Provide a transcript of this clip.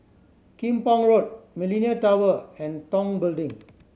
Kim Pong Road Millenia Tower and Tong Building